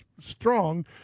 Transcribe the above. strong